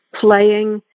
playing